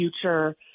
future